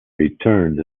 returned